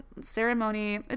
ceremony